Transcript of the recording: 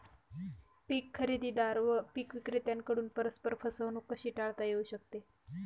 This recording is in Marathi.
पीक खरेदीदार व पीक विक्रेत्यांकडून परस्पर फसवणूक कशी टाळता येऊ शकते?